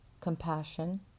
compassion